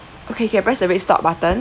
okay you can press the red stop button